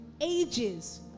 ages